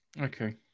Okay